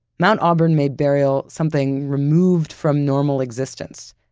mount auburn made burial something removed from normal existence.